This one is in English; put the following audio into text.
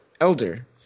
Elder